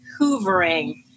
hoovering